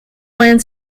land